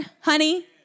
honey